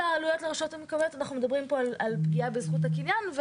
זה אנחנו מדברים פה על פגיעה בזכות הקניין.